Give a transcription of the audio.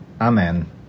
Amen